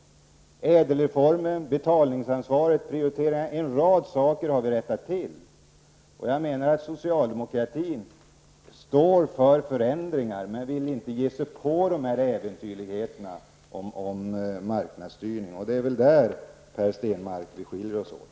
Genom ÄDEL-reformen, betalningsansvaret och genom prioriteringar har vi rättat till en rad missförhållanden. Socialdemokratin står för förändringar, men vi vill inte ge oss på sådana äventyrligheter som marknadsstyrning. Det är där, Per Stenmarck, som vi skiljer oss åt.